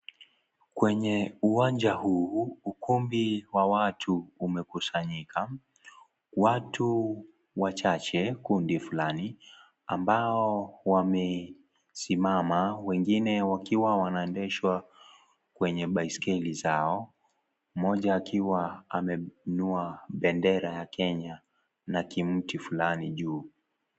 Kwenye uwanja huu, ukumbi wa watu umekusanyika. Watu wachache kundi fulani ambao wamesimama, wengine wakiwa wanaendeshwa kwenye baiskeli zao, mmoja akiwa ameinua bendera ya Kenya na kimti fulani juu.